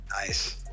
Nice